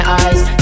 eyes